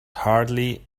hardly